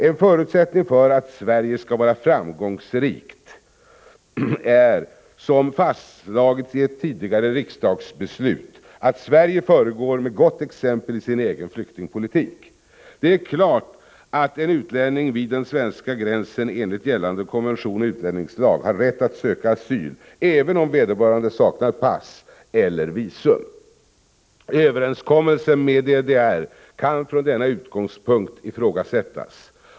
En förutsättning för att Sverige skall vara framgångsrikt är, som fastslagits i ett tidigare riksdagsbeslut, att Sverige föregår med gott exempel i sin egen flyktingpolitik. Det är klart att en utlänning vid den svenska gränsen enligt gällande konvention och utlänningslag har rätt att söka asyl, även om vederbörande saknar pass eller visum. Överenskommelsen med DDR kan från denna utgångspunkt ifrågasättas.